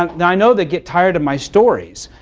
um and i know they get tired of my stories,